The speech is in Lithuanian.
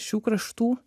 šių kraštų